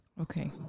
Okay